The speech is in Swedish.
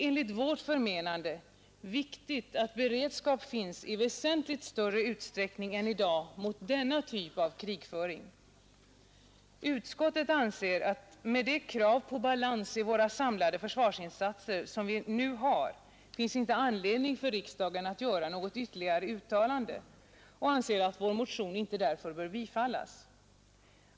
Enligt vårt förmenande är det viktigt att beredskap finns i väsentligt större utsträckning än i dag mot denna typ av krigföring. Utskottet anser att med de krav på balans i våra samlade försvarsinsatser som vi nu har finns det ingen anledning för riksdagen att göra något ytterligare uttalande och anser därför att vår motion inte bör bifallas.